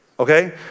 Okay